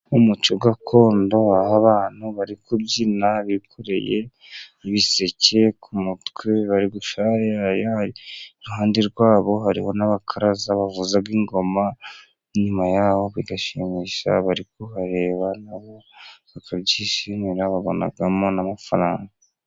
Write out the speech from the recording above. Umuco gakondo aho abantu bari kubyina bikoreye biseke ku mutwe. Barigushayaya .Iruhande rwabo hariho n'abakaraza bavuza ingoma nyuma yaho bigashimisha abari kuhareba nabo bakabyishimira. Babonamo amafaranga.